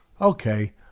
okay